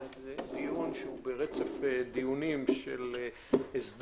זה חלק מרצף דיון בהסדר,